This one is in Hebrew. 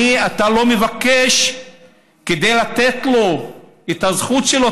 אתה לא מבקש מעני כדי לתת לו את הזכות שלו,